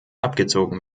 abgezogen